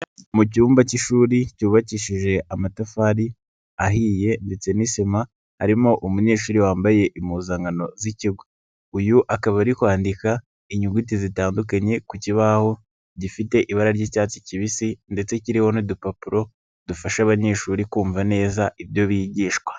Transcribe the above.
Mu cyumba k'ishuri cyubakishije amatafari ahiye ndetse n'isima harimo umunyeshuri wambaye impuzankano z'ikigo, uyu akaba ari kwandika inyuguti zitandukanye ku kibaho gifite ibara ry'icyatsi kibisi ndetse kiriho n'udupapuro dufasha abanyeshuri kumva neza ibyo bigishwa.